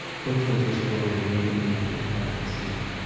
coatsworth was quoted immediately after the collapse saying,